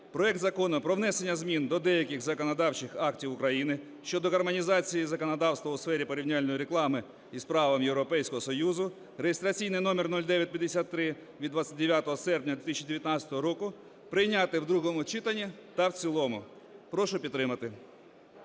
проект Закону про внесення змін до деяких законодавчих актів України щодо гармонізації законодавства у сфері порівняльної реклами із правом Європейського Союзу (реєстраційний номер 0953) від 29 серпня 2019 року прийняти в другому читанні та в цілому. Прошу підтримати.